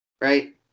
right